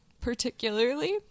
particularly